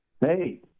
Hey